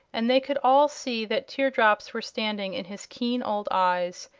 and they could all see that tear-drops were standing in his keen old eyes.